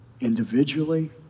individually